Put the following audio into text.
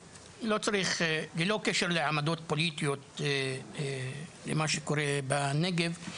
ללא קשר לעמדות פוליטיות ומה שקורה בנגב,